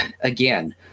Again